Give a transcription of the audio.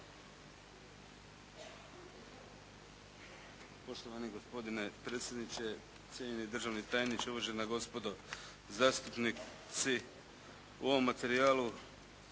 Poštovani gospodine predsjedniče, cijenjeni državni tajniče, uvažena gospodo zastupnici. U ovom materijalu